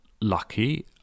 lucky